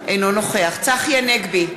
אינו נוכח צחי הנגבי,